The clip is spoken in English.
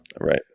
Right